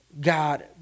God